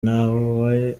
nawe